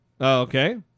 Okay